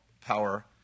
power